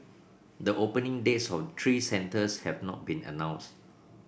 the opening dates of the three centres have not been announced